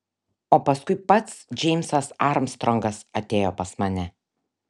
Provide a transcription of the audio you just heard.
o paskui pats džeimsas armstrongas atėjo pas mane